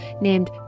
named